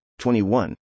21